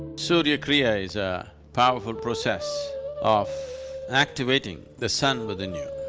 surya kriya is a powerful process of activating the sun within you.